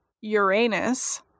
Uranus